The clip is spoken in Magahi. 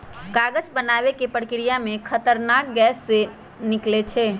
कागज बनाबे के प्रक्रिया में खतरनाक गैसें से निकलै छै